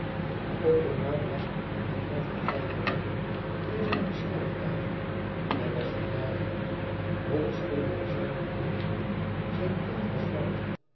othomar lag op een divan van tijgervellen voor zijne schrijftafel hij was vermagerd hol stonden zijne oogen zijn teint was mat